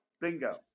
bingo